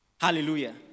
Hallelujah